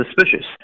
suspicious